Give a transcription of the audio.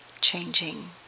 changing